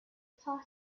part